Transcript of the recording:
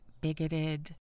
bigoted